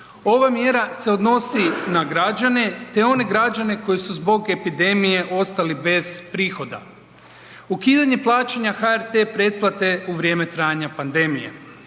Ova mjera se odnosi na građane te one građane koji su zbog epidemije ostali bez prihoda. Ukidanje plaćanja HRT pretplate u vrijeme trajanja pandemije,